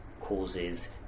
causes